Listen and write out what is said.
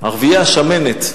ערביי השמנת.